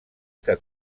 que